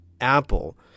Apple